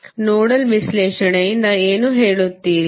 nodal ವಿಶ್ಲೇಷಣೆಯಿಂದ ಏನು ಹೇಳುತ್ತೀರಿ